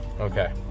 Okay